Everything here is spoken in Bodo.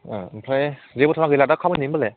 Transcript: अ ओमफ्राय जेबोथ' गैला दा खामानि होनबालाय